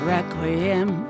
Requiem